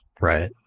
Right